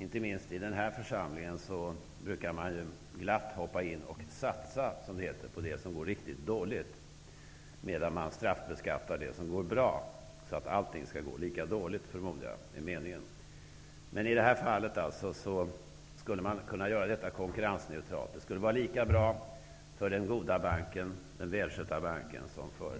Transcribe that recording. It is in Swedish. Inte minst i den här församlingen brukar man glatt hoppa in och satsa, som det heter, på det som går riktigt dåligt, medan man straffbeskattar det som går bra -- jag förmodar att det är meningen att allting skall gå lika dåligt. I det här fallet skulle man alltså kunna göra detta konkurrensneutralt. Det skulle vara lika bra för den goda och välskötta banken som för